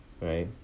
right